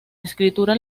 escritura